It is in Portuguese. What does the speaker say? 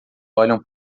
olham